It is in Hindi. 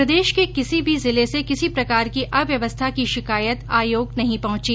प्रदेश के किसी भी जिले से किसी प्रकार की अव्यवस्था की शिकायत आयोग नहीं पहंची